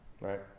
right